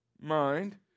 mind